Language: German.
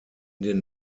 den